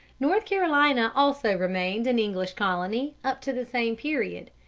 north carolina also remained an english colony up to the same period,